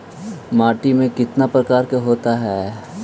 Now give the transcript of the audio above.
माटी में कितना प्रकार के होते हैं?